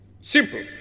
Simple